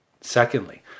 secondly